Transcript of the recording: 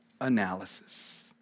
analysis